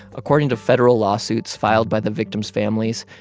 according to federal lawsuits filed by the victim's families,